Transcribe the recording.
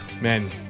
Man